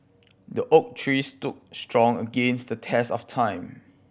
the oak tree stood strong against the test of time